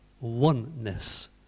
oneness